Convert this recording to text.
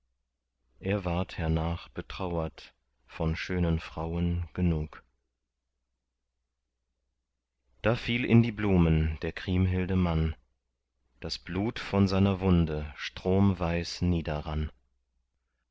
er ward hernach betrauert von schönen frauen genug da fiel in die blumen der kriemhilde mann das blut von seiner wunde stromweis niederrann